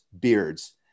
beards